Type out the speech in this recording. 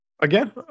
Again